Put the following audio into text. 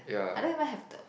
I don't even have the